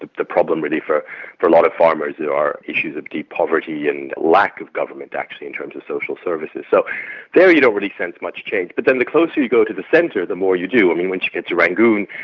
the the problem really for a lot of farmers are issues of deep poverty and lack of government, actually, in terms of social services. so there you don't really sense much change. but then the closer you go to the centre, the more you do. i mean, once you get to rangoon,